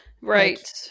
Right